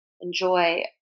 enjoy